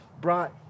brought